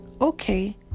okay